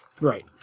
Right